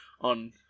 on